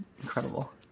incredible